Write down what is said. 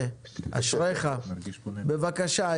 שלושה זה 90%. אז תסביר לנו מה אתה מתכוון,